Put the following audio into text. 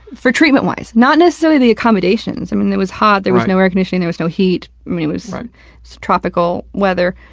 for treatment wise, not necessarily the accommodations. i mean, it was hot, there was no air conditioning, there was no heat. i mean, it was tropical weather.